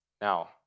Now